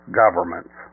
governments